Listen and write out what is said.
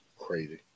crazy